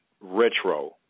retro